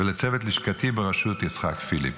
ולצוות לשכתי בראשות יצחק פיליפ.